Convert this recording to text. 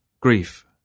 grief